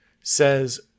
says